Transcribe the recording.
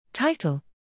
Title